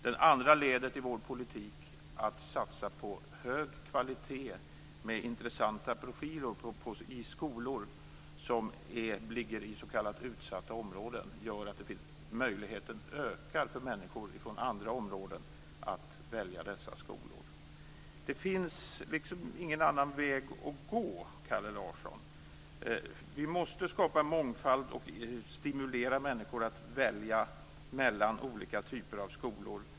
Det andra ledet i vår politik, att satsa på hög kvalitet med intressanta profiler i skolor som ligger i s.k. utsatta områden, gör att möjligheten ökar för människor från andra områden att välja dessa skolor. Det finns ingen annan väg att gå, Kalle Larsson. Vi måste skapa mångfald och stimulera människor att välja mellan olika typer av skolor.